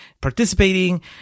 participating